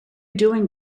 doing